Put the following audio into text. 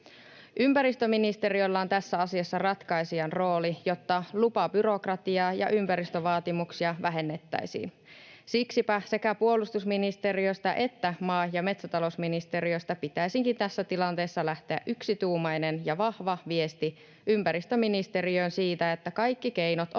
Ympäristöministeriöllä on tässä asiassa ratkaisijan rooli, jotta lupabyrokratiaa ja ympäristövaatimuksia vähennettäisiin. Siksipä sekä puolustusministeriöstä että maa- ja metsätalousministeriöstä pitäisikin tässä tilanteessa lähteä yksituumainen ja vahva viesti ympäristöministeriöön siitä, että kaikki keinot on